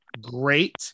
great